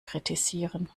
kritisieren